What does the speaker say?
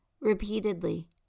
repeatedly